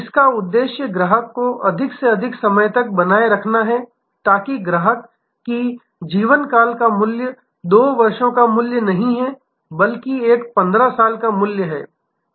इसका उद्देश्य ग्राहक को अधिक से अधिक समय तक बनाए रखना है ताकि ग्राहक की जीवनकाल का मूल्य 2 वर्षों का मूल्य नहीं है लेकिन एक 15 साल का मूल्य है